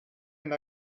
and